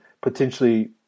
potentially